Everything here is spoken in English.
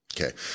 Okay